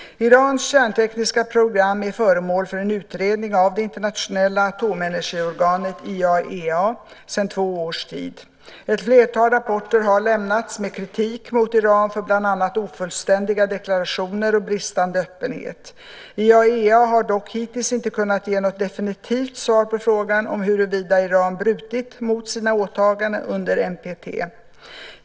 Irans kärntekniska program är föremål för en utredning av det internationella atomenergiorganet IAEA sedan två års tid. Ett flertal rapporter har lämnats med kritik mot Iran för bland annat ofullständiga deklarationer och bristande öppenhet. IAEA har dock hittills inte kunnat ge något definitivt svar på frågan om huruvida Iran brutit mot sina åtaganden under NPT.